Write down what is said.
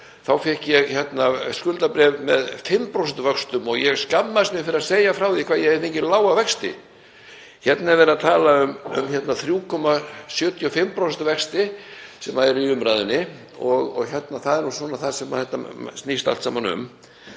þá fékk ég skuldabréf með 5% vöxtum, og ég skammast mín fyrir að segja frá því hvað ég hef fengið lága vexti. Hérna er verið að tala um 3,75% vexti sem eru í umræðunni, og það er svona það sem þetta snýst allt saman um.